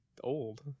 old